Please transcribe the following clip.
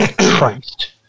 Christ